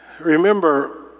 Remember